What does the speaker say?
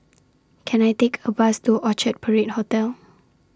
Can I Take A Bus to Orchard Parade Hotel